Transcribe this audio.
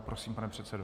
Prosím, pane předsedo.